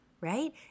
right